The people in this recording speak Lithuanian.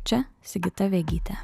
čia sigita vegytė